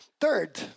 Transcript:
Third